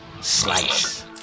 Slice